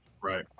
Right